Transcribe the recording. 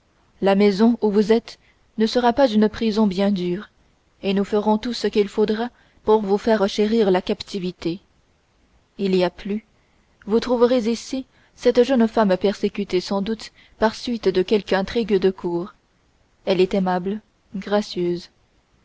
la maison où vous êtes ne sera pas une prison bien dure et nous ferons tout ce qu'il faudra pour vous faire chérir la captivité il y a plus vous trouverez ici cette jeune femme persécutée sans doute par suite de quelque intrigue de cour elle est aimable gracieuse